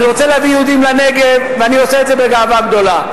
אני רוצה להביא יהודים לנגב ואני עושה את זה בגאווה גדולה.